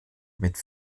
mit